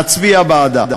להצביע בעדה